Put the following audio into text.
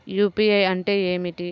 UPI అంటే ఏమిటీ?